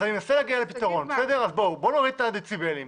אז בואו נוריד את הדציבלים.